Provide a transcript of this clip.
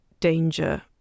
danger